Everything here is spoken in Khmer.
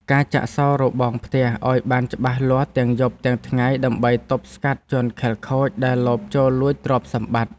ការចាក់សោរបងផ្ទះឱ្យបានច្បាស់លាស់ទាំងយប់ទាំងថ្ងៃដើម្បីទប់ស្កាត់ជនខិលខូចដែលលបចូលលួចទ្រព្យសម្បត្តិ។